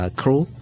crew